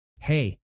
hey